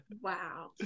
Wow